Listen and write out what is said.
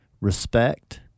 respect